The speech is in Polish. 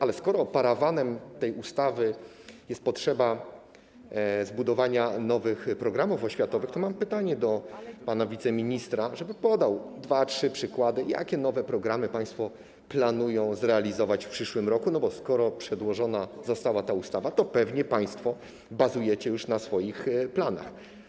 Ale skoro parawanem tej ustawy jest potrzeba zbudowania nowych programów oświatowych, to mam prośbę do pana wiceministra, żeby podał dwa, trzy przykłady, jakie nowe programy państwo planują zrealizować w przyszłym roku, bo skoro przedłożona została ta ustawa, to pewnie państwo bazujecie na swoich planach.